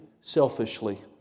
selfishly